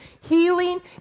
healing